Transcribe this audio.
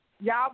Y'all